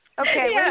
Okay